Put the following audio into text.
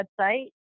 website